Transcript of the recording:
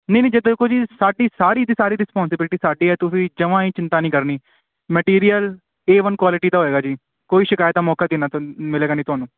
ਨਹੀਂ ਨਹੀਂ ਜੀ ਦੇਖੋ ਜੀ ਸਾਡੀ ਸਾਰੀ ਦੀ ਸਾਰੀ ਰਿਸਪੌਸੀਬਿਲਿਟੀ ਸਾਡੀ ਹੈ ਤੁਸੀਂ ਜਮ੍ਹਾਂ ਹੀ ਚਿੰਤਾ ਨਹੀਂ ਕਰਨੀ ਮਟੀਰੀਅਲ ਏ ਵਨ ਕੁਆਲਿਟੀ ਦਾ ਹੋਏਗਾ ਜੀ ਕੋਈ ਸ਼ਿਕਾਇਤ ਦਾ ਮੌਕਾ ਦੇਣ ਤੁਹ ਮਿਲੇਗਾ ਨਹੀਂ ਤੁਹਾਨੂੰ